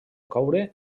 coure